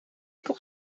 pour